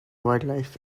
wildlife